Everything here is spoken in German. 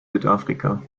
südafrika